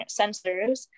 sensors